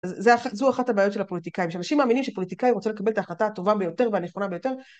זו אחת הבעיות של הפוליטיקאים, שאנשים מאמינים שפוליטיקאים רוצים לקבל את ההחלטה הטובה ביותר והנכונה ביותר